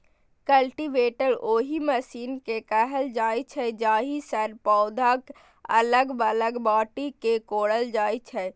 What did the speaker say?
cultivator ओहि machine कें कहल जाइ छै, जाहि सं पौधाक अलग बगल माटि कें कोड़ल जाइ छै